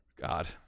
God